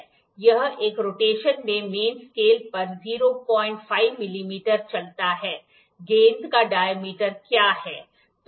यह एक रोटेशन में मेन स्केल पर 05 मिलीमीटर चलता है गेंद का डायमीटर क्या है